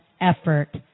effort